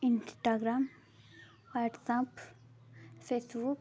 Instagram WhatsApp Facebook